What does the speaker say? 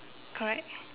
correct